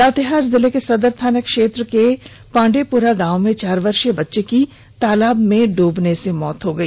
लातेहार जिले के सदर थाना क्षेत्र के पांडेयपुरा गांव में चार वर्षीय बच्चे की तालाब में डूबने से मौत हो गई